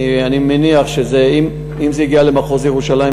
אני מניח שאם זה הגיע למחוז ירושלים,